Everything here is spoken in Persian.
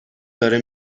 داره